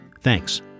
Thanks